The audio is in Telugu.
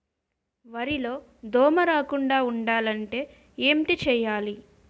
వరిలో దోమ రాకుండ ఉండాలంటే ఏంటి చేయాలి?